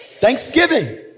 Thanksgiving